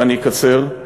ואני אקצר,